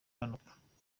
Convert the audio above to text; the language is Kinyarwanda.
imanuka